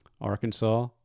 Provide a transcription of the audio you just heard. Arkansas